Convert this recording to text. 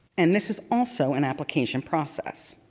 and this is also an application process.